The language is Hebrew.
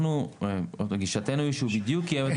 אנחנו גישתנו היא שהוא בדיוק קיים את